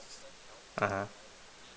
(uh huh)